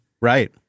right